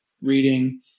reading